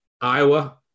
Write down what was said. Iowa